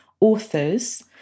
authors